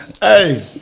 Hey